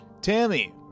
Tammy